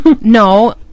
No